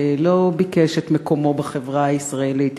לא ביקש את מקומו בחברה הישראלית,